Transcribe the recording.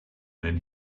then